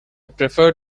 prefer